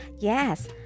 Yes